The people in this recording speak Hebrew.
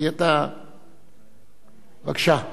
בבקשה.